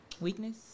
weakness